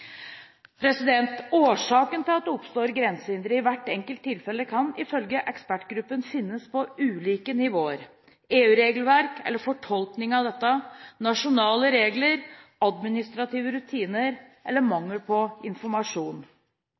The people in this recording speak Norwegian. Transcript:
til at det oppstår grensehindre i hvert enkelt tilfelle kan ifølge ekspertgruppen finnes på ulike nivåer: EU-regelverk eller fortolkning av dette, nasjonale regler, administrative rutiner eller mangel på informasjon.